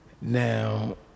Now